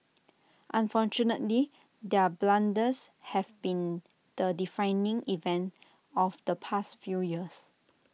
unfortunately their blunders have been the defining event of the past few years